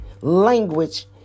language